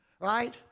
right